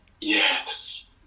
yes